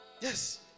Yes